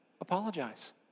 apologize